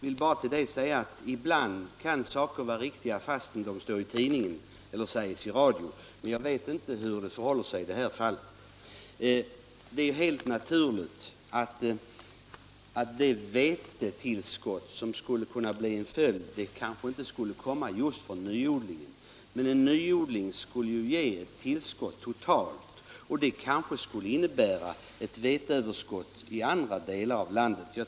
Ibland kan saker vara riktiga fastän de står i tidningen eller sägs i radio, men jag vet inte hur det förhåller sig i just detta fall. Det är helt klart att det vetetillskott vi talat om kanske skulle kunna bli en följd av en nyodling. En nyodling skulle ju ge ett totalt tillskott, och det kanske skulle medföra ett veteöverskott i andra delar av landet.